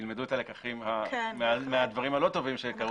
ילמדו את הלקחים מהדברים הלא טובים שקרו.